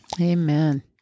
Amen